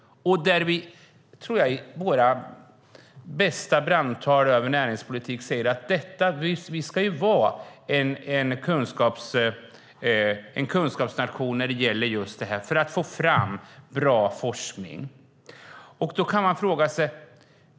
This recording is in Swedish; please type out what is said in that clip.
I våra bästa brandtal om näringspolitik säger vi att Sverige ska vara en kunskapsnation när det gäller detta - just för att få fram bra forskning.